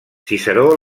ciceró